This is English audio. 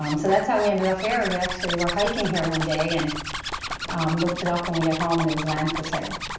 um so that's how we ended up here. and we actually were hiking here one day and looked it up when we got home and there was land for sale.